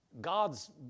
God's